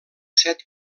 set